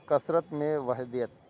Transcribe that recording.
کثرت میں وحدیت